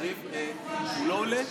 יריב לא עולה?